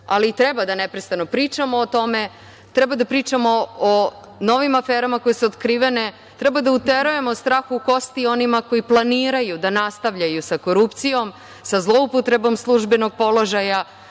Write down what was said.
ali treba da neprestano pričamo o tome, treba da pričamo o novim aferama koje su otkrivene, treba da uterujemo strah u kosti onima koji planiraju da nastavljaju sa korupcijom, sa zloupotrebom službenog položaja,